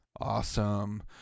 awesome